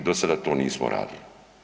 Do sada to nismo radili.